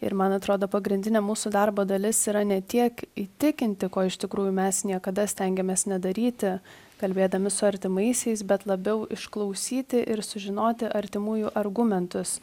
ir man atrodo pagrindinė mūsų darbo dalis yra ne tiek įtikinti ko iš tikrųjų mes niekada stengiamės nedaryti kalbėdami su artimaisiais bet labiau išklausyti ir sužinoti artimųjų argumentus